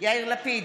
יאיר לפיד,